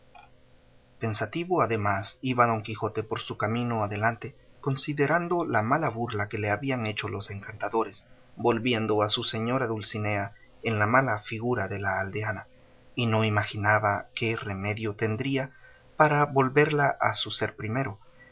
pensativo además iba don quijote por su camino adelante considerando la mala burla que le habían hecho los encantadores volviendo a su señora dulcinea en la mala figura de la aldeana y no imaginaba qué remedio tendría para volverla a su ser primero